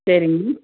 சரிங்க